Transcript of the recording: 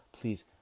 please